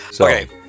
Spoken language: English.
okay